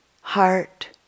heart